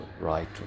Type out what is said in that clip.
right